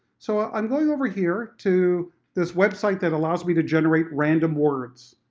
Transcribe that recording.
so ah i'm going over here to this website that allows me to generate random words,